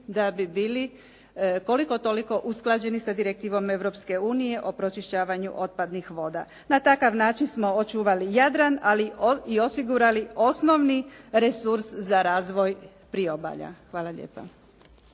da bi bili koliko toliko usklađeni sa direktivom Europske unije o pročišćavanju otpadnih voda. Na takav način smo očuvali Jadran, ali i osigurali osnovni resurs za razvoj priobalja. Hvala lijepa.